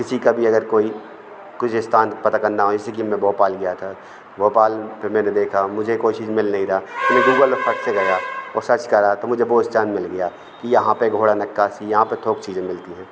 किसी का भी अगर कोई कुछ स्थान पता करना हो जैसे कि मैं भोपाल गया था भोपाल पर मैंने देखा मुझे कोई चीज़ मिल नहीं रही तो मैं गूगल में फट से गया वह सर्च करा तो मुझे वह स्थान मिल गया कि यहाँ पर घोड़ा नक्काशी यहाँ पर थोक चीज़ें मिलती हैं